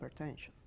hypertension